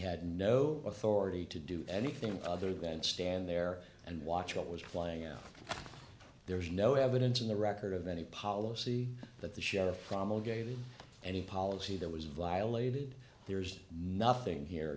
had no authority to do anything other than stand there and watch what was flying out there's no evidence in the record of any policy that the sheriff promulgated any policy that was violated there's nothing here